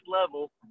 level